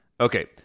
Okay